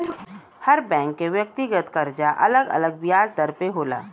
हर bank के व्यक्तिगत करजा अलग अलग बियाज दर पे होला